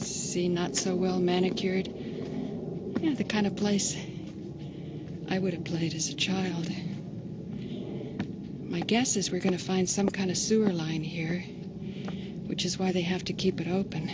and not so well manicured you know the kind of place i would have played as a child my guess is we're going to find some kind of line here which is why they have to keep it open